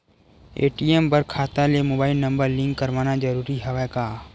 ATM बर खाता ले मुबाइल नम्बर लिंक करवाना ज़रूरी हवय का?